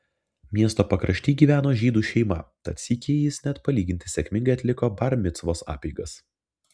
miesto pakrašty gyveno žydų šeima tad sykį jis net palyginti sėkmingai atliko bar micvos apeigas